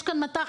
יש כאן ---,